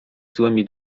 złymi